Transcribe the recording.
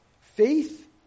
Faith